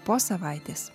po savaitės